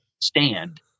stand